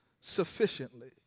sufficiently